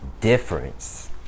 difference